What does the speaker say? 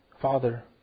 father